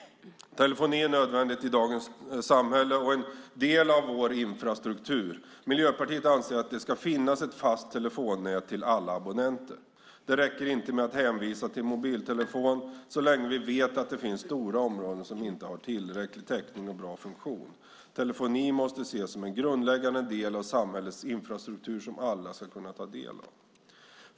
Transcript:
Telefoni är nödvändigt i dagens samhälle, och en del av vår infrastruktur. Miljöpartiet anser att det ska finnas ett fast telefonnät till alla abonnenter. Det räcker inte med att hänvisa till mobiltelefon så länge vi vet att det finns stora områden som inte har tillräcklig täckning och bra funktion. Telefoni måste ses som en grundläggande del av samhällets infrastruktur, som alla ska kunna ta del av.